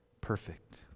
perfect